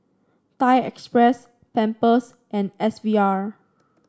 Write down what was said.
Thai Express Pampers and S V R